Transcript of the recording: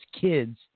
kids